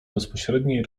bezpośredniej